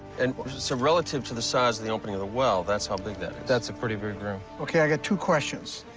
and so relative to the size of the opening of the well, that's how big that is. that's a pretty big room. ok, i got two questions.